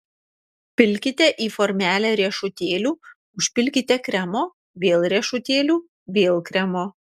pilkite į formelę riešutėlių užpilkite kremo vėl riešutėlių vėl kremo